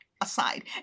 aside